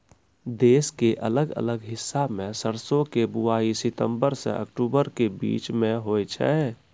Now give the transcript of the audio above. देश के अलग अलग हिस्सा मॅ सरसों के बुआई सितंबर सॅ अक्टूबर के बीच मॅ होय छै